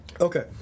Okay